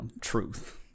truth